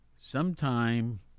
sometime